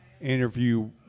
interview